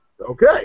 Okay